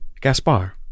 Gaspar